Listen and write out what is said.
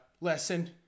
lesson